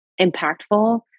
impactful